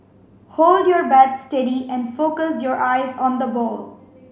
hold your bat steady and focus your eyes on the ball